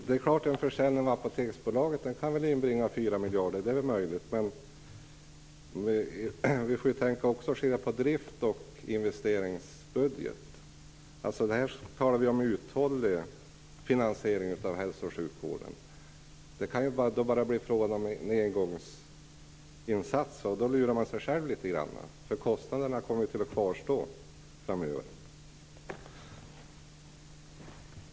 Herr talman! En försäljning av Apoteksbolaget kan naturligtvis inbringa 4 miljarder - det är möjligt. Men vi får ju också skilja mellan drift och investeringsbudget. Här talar vi om uthållig finansiering av hälso och sjukvården. En försäljning är ju bara en engångsinsats, och då lurar man sig själv litet. Kostnaderna kommer ju att kvarstå framöver.